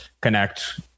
connect